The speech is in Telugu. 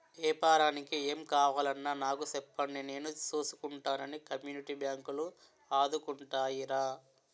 ఏపారానికి ఏం కావాలన్నా నాకు సెప్పండి నేను సూసుకుంటానని కమ్యూనిటీ బాంకులు ఆదుకుంటాయిరా